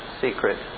secret